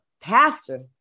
pastor